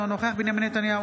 אינו נוכח בנימין נתניהו,